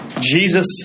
Jesus